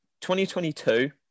2022